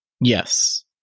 Yes